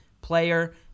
player